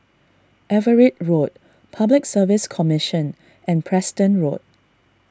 Everitt Road Public Service Commission and Preston Road